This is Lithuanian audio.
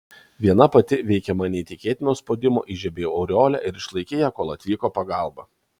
viena pati veikiama neįtikėtino spaudimo įžiebei aureolę ir išlaikei ją kol atvyko pagalba